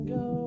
go